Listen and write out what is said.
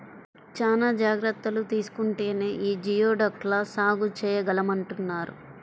చానా జాగర్తలు తీసుకుంటేనే యీ జియోడక్ ల సాగు చేయగలమంటన్నారు